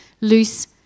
loose